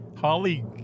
Holly